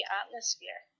atmosphere